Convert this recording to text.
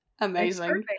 amazing